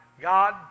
God